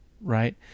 Right